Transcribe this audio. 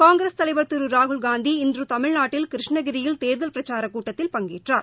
காங்கிரஸ் தலைவர் திருராகுல்காந்தி இன்றுதமிழ்நாட்டில் கிருஷ்ணகிரியில் தேர்தல் பிரச்சாரக் கூட்டத்தில் பங்கேற்றார்